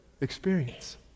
experience